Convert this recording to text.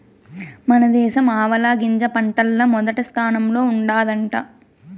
మన దేశం ఆవాలగింజ పంటల్ల మొదటి స్థానంలో ఉండాదట